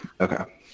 okay